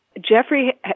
Jeffrey